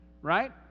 Right